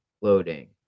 loading